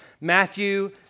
Matthew